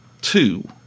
two